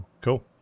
Cool